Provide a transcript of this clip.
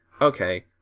okay